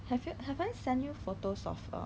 because you don't know what the factory workers